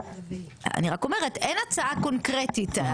אני רק אומרת, אין הצעה קונקרטית.